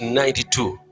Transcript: ninety-two